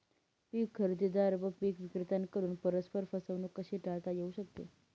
पीक खरेदीदार व पीक विक्रेत्यांकडून परस्पर फसवणूक कशी टाळता येऊ शकते?